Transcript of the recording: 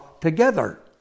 together